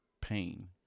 pain